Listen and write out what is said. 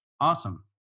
Awesome